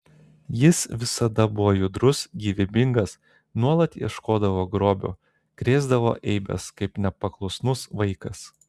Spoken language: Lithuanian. jis visada buvo judrus gyvybingas nuolat ieškodavo grobio krėsdavo eibes kaip nepaklusnus vaikas